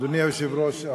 אדוני היושב-ראש,